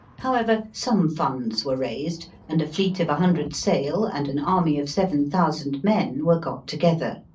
however, some funds were raised, and a fleet of a hundred sail, and an army of seven thousand men, were got together.